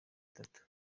itatu